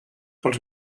pels